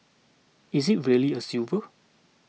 is it really a silver